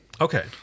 Okay